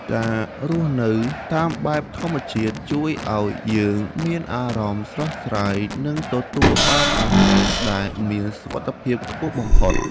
ការរស់នៅតាមបែបធម្មជាតិជួយឱ្យយើងមានអារម្មណ៍ស្រស់ស្រាយ និងទទួលបានអាហារដែលមានសុវត្ថិភាពខ្ពស់បំផុត។